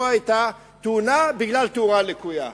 פה היתה תאונה בגלל תאורה לקויה,